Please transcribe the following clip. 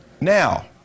Now